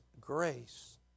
grace